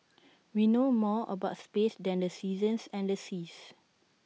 we know more about space than the seasons and the seas